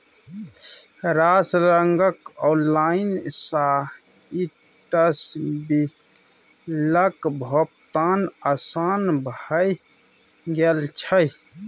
रास रंगक ऑनलाइन साइटसँ बिलक भोगतान आसान भए गेल छै